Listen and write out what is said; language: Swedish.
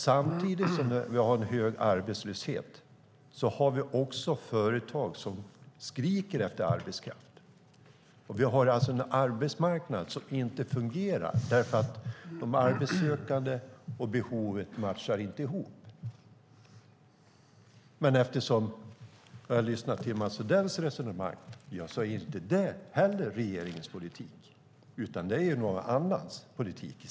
Samtidigt som vi har en hög arbetslöshet har vi företag som skriker efter arbetskraft. Vi har en arbetsmarknad som inte fungerar därför att de arbetssökande och behovet inte matchar varandra. Men i Mats Odells resonemang är inte det heller regeringens politik, utan det är någon annans politik.